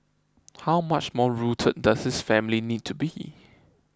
how much more rooted does this family need to be